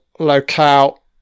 Locale